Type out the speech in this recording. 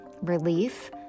relief